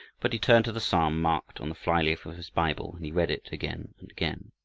but he turned to the psalm marked on the fly-leaf of his bible, and he read it again and again.